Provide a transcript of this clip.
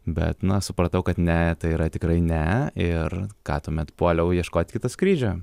bet na supratau kad ne tai yra tikrai ne ir ką tuomet puoliau ieškot kito skrydžio